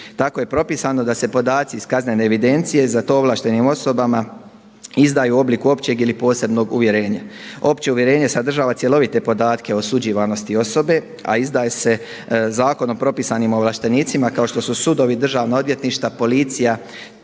Tako je propisano da se podaci iz kaznene evidencije za to ovlaštenim osobama izdaju u obliku općeg ili posebnog uvjerenja. Opće uvjerenje sadržava cjelovite podatke o osuđivanosti osobe, a izdaje se Zakon o propisanim ovlaštenicima kao što su sudovi, Državna odvjetništva, policija